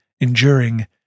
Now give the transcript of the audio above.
enduring